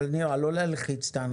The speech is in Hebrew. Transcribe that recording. נירה, לא להלחיץ את האנשים.